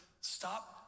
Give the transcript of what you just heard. Stop